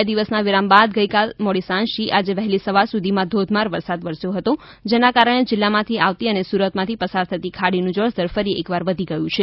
બે દિવસના વિરામ બાદ ગાઈકાલ મોડી સાંજથી આજે વહેલી સવાર સુધીમાં દેમાર વરસાદ વરસ્યો હતો જેના કારણે જિલ્લામાંથી આવતી અને સુરતમાંથી પસાર થતી ખાડીનું જળસ્તર ફરી એક વાર વધી ગયું છે